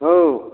औ